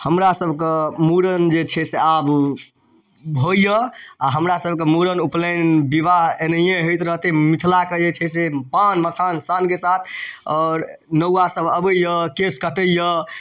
हमरासबके मूड़न जे छै से आब होइए आओर हमरासबके मूड़न उपनैन विवाह एनाहिए हैत रहतै मिथिलाके जे छै से पान मखान शानके साथ आओर नौआसब अबैए केश काटैए